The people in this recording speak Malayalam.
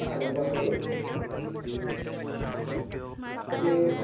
ആ ഹലോ പറഞ്ഞോളൂ അതെ